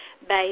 based